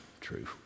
true